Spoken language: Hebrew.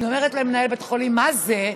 אני אומרת למנהל בית החולים: מה זה?